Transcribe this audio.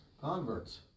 Converts